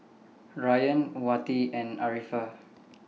Ryan Wati and Arifa